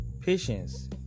patience